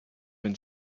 been